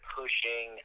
pushing